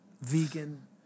vegan